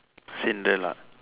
Cinderella